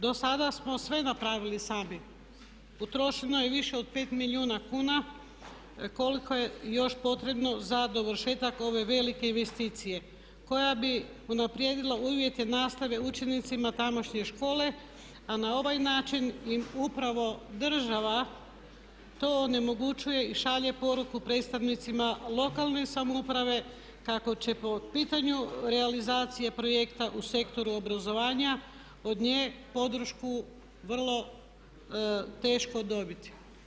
Do sa smo sve napravili sami, utrošeno je više o 5 milijuna kuna koliko je još potrebno za dovršetak ove velike investicije koja bi unaprijedila uvjete nastave učenicima tamošnje škole a na ovaj način im upravo država to onemogućuje i šalje poruku predstavnicima lokalne samouprave kako će po pitanju realizacije projekta u sektoru obrazovanja od nje podršku vrlo teško dobiti.